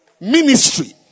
ministry